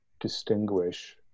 distinguish